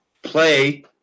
play